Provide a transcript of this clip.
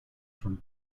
from